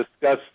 discuss